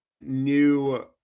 new